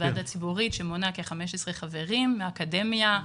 ועדה ציבורית שמונה כ-15 חברים מהאקדמיה,